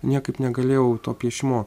niekaip negalėjau to piešimo